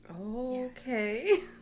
Okay